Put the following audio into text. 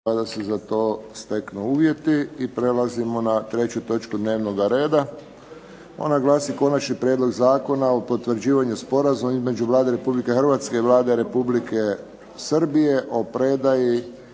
**Friščić, Josip (HSS)** I prelazimo na 3. točno dnevnoga reda, ona glasi –- Konačni prijedlog Zakona o potvrđivanju Sporazuma između Vlade Republike Hrvatske i Vlade Republike Srbije o predaji